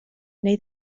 neu